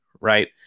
right